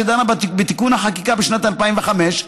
שדנה בתיקון החקיקה בשנת 2005,